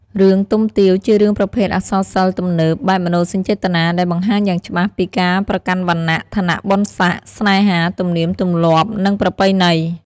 រឿងទំទាវ ជារឿងប្រភេទអក្សរសិល្ប៍ទំនើប បែបមនោសញ្ជេតនា ដែលបង្ហាញយ៉ាងច្បាស់ពីការប្រកាន់វណ្ណះ ឋានះបុណ្យសក្តិ ស្នេហា ទំនៀមទម្លាប់និងប្រពៃណី។